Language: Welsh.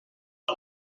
mae